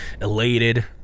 elated